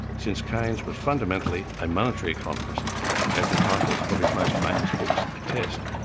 since keynes was fundamentally a monetary economist as the titles of his most famous books attest.